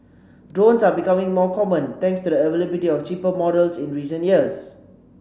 drones are becoming more common thanks to the availability of cheaper models in recent years